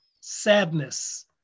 sadness